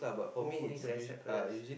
oh need to accept first